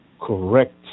correct